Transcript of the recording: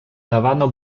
dawano